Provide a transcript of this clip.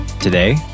Today